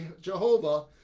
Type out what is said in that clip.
Jehovah